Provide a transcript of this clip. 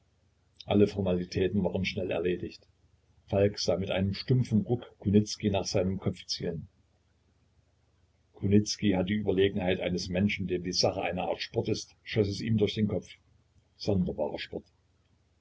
alle formalitäten waren schnell erledigt falk sah mit einer stumpfen ruhe kunicki nach seinem kopfe zielen kunicki hat die überlegenheit eines menschen dem die sache eine art sport ist schoß es ihm durch den kopf sonderbarer sport